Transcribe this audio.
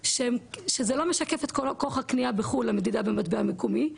שזה לא משקף את כוח הקניה בחו"ל המדידה במטבע המקומי,